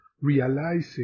realizing